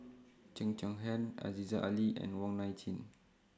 Cheo Chai Hiang Aziza Ali and Wong Nai Chin